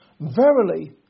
Verily